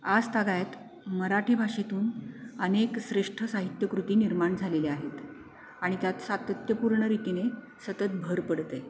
आज तागायात मराठी भाषेतून अनेक श्रेष्ठ साहित्यकृती निर्माण झालेले आहेत आणि त्यात सातत्यपूर्ण रीतीने सतत भर पडतेय